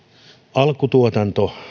alkutuotanto